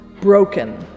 broken